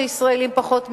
שישראלים פחות מעשנים.